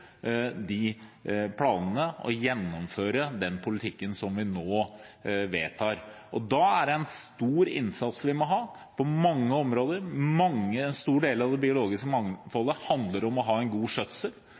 de planene og gjennomføre den politikken som vi nå vedtar. Da må vi ha en stor innsats på mange områder. For store deler av det biologiske